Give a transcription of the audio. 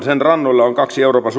sen rannoilla on euroopan